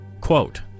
quote